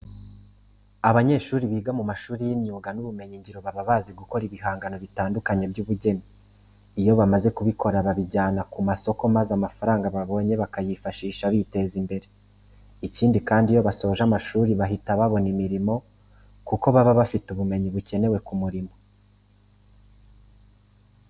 Abanyeshuri biga mu mashuri y'imyuga n'ubumenyingiro baba bazi gukora ibihangano bitandukanye by'ubugeni. Iyo bamaze kubikora babijyana ku masoko maza amafaranga babonye bakayifashisha biteza imbere. Ikindi kandi, iyo basoje amashuri bahita babona imirimo kuko baba bafite ubumenyi bukenewe ku murimo.